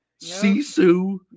Sisu